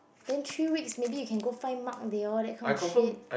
then three weeks maybe you can go find Mark they all that kind of shit